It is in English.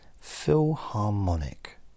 Philharmonic